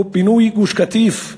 או פינוי גוש-קטיף,